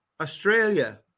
Australia